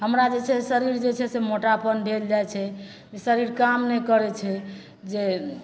हमरा जे छै शरीर जे छै से मोटापन भेल जाइ छै शरीर काम नहि करै छै जे